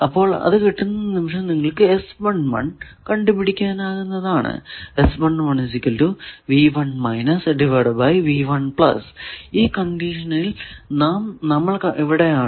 അപ്പോൾ അത് കിട്ടുന്ന നിമിഷം നിങ്ങൾക്കു കണ്ടുപിടിക്കാനാകുന്നതാണ് ഈ കണ്ടിഷനിൽ നമ്മൾ ഇവിടെ ആണ്